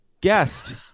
Guest